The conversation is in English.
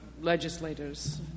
legislators